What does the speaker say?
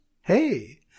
Hey